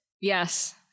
Yes